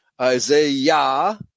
Isaiah